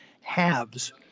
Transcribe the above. halves